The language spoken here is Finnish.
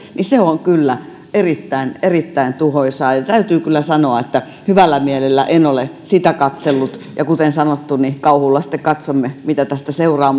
on kyllä erittäin erittäin tuhoisaa ja täytyy kyllä sanoa että hyvällä mielellä en ole sitä katsellut kuten sanottu niin kauhulla sitten katsomme mitä tästä seuraa